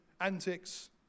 antics